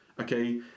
okay